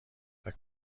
فکر